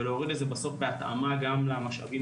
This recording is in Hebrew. ולהוריד את זה בסוף בהתאמה גם למשאבים